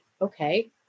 okay